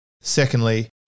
Secondly